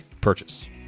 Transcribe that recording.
purchase